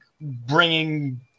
bringing